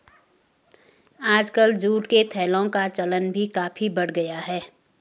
आजकल जूट के थैलों का चलन भी काफी बढ़ गया है